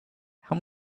how